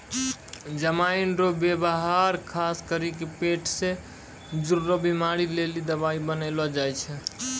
जमाइन रो वेवहार खास करी के पेट से जुड़लो बीमारी लेली दवाइ बनाबै काम मे आबै छै